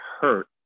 hurt